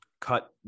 cut